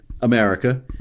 America